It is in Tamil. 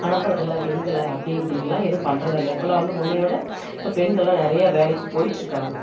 அனுப்புறது இல்லை பெண்களை அப்படி இப்படினுலாம் எதுவும் பண்ணுறது இல்லை இப்பெலாம் வந்து முன்னை விட இப்போ பெண்களெலாம் நிறையா வேலைக்கு போயிட்டு இருக்காங்க